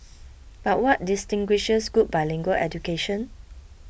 but what distinguishes good bilingual education